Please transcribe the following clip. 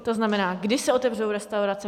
To znamená, kdy se otevřou restaurace?